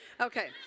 Okay